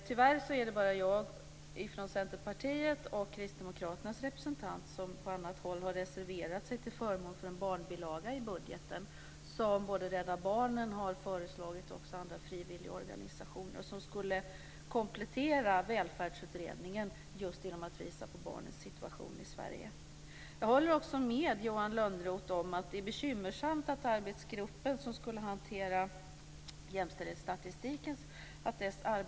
Tyvärr är det bara jag från Centerpartiet, och Kristdemokraternas representant, som på annat håll har reserverat sig till förmån för en barnbilaga i budgeten. En sådan har både Rädda Barnen och andra frivilligorganisationer föreslagit. Den skulle komplettera välfärdsutredningen just genom att visa på barnens situation i Sverige. Jag håller också med Johan Lönnroth om att det är bekymmersamt att arbetet har avstannat för den arbetsgrupp som skulle hantera jämställdhetsstatistiken.